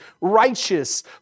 righteous